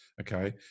Okay